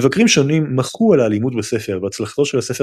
מבקרים שונים מחו על האלימות בספר והצלחתו של הספר